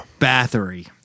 Bathory